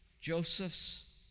Joseph's